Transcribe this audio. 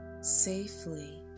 safely